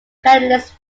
candidates